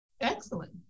Excellent